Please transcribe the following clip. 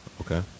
Okay